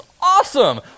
awesome